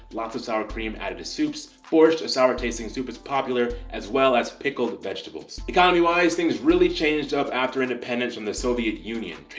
lots of sour cream added to soups. borscht, a sour tasting soup is popular as well as pickled vegetables. economy-wise, things really changed up after independence from the soviet union.